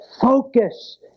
focus